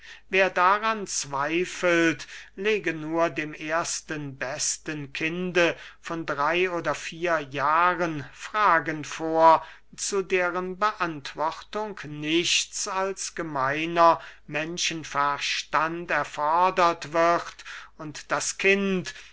wer daran zweifelt lege nur dem ersten besten kinde von drey oder vier jahren fragen vor zu deren beantwortung nichts als gemeiner menschenverstand erfordert wird und das kind